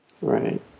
Right